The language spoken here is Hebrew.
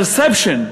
perception,